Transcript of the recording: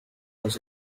was